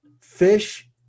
Fish